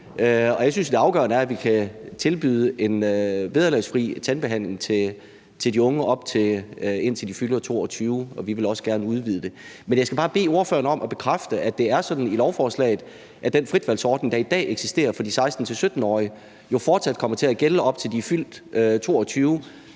er, at vi kan tilbyde en vederlagsfri tandbehandling til de unge, indtil de fylder 22 år, og vi vil også gerne udvide det. Men jeg skal bare bede ordføreren om at bekræfte, at det er sådan ifølge lovforslaget, at den fritvalgsordning, der i dag eksisterer for de 16-17-årige, jo fortsat kommer til at gælde, indtil de er fyldt 22 år.